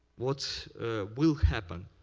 what will happen,